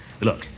Look